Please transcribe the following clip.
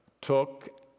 took